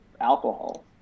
alcohol